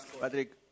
Patrick